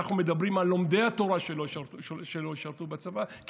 אנחנו אומרים שלומדי התורה לא ישרתו בצבא,